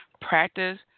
Practice